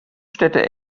städte